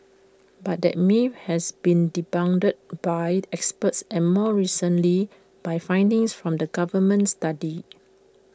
but that myth has been debunked by experts and more recently by findings from the government study